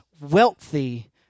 wealthy